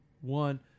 one